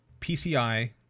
PCI